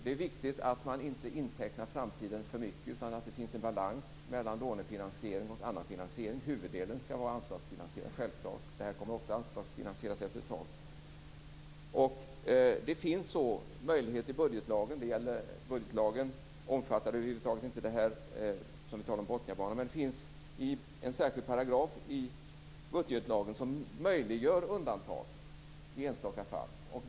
Det är viktigt att man inte intecknar framtiden för mycket utan att det finns en balans mellan lånefinansiering och annan finansiering. Huvuddelen skall vara anslagsfinansierad, det är självklart. Det här kommer också att anslagsfinansieras efter ett tag. Det finns en möjlighet i budgetlagen. Budgetlagen omfattar över huvud taget inte det här med Bottniabanan. Det finns en särskild paragraf i budgetlagen som möjliggör undantag i enstaka fall.